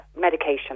medication